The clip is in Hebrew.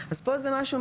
אז פה זה משהו,